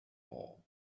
all